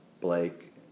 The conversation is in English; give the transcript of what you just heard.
Blake